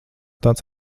tāds